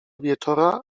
wieczora